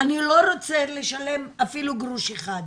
אני לא רוצה לשלם אפילו גרוש אחד.